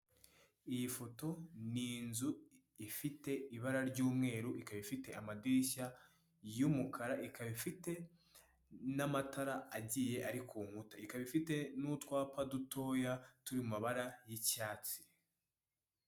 Iyi foto ni inzu ifite ibara ry'umweru, ikaba ifite amadirishya y'umukara, ikaba ifite n'amatara agiye ari ku nkuta, ikaba ifite n'utwapa dutoya turi mu mabara y'icyatsi.